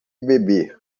beber